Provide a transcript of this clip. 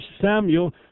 Samuel